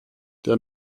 der